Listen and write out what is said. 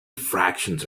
fractions